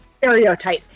stereotype